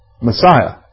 Messiah